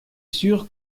sûr